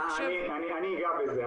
אני אגע בזה.